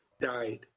died